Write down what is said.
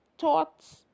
thoughts